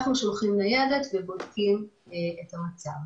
אנחנו שולחים ניידת ובודקים את המצב.